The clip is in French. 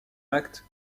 actes